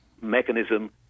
mechanism